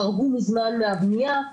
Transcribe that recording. חרגו מזמן מהבנייה,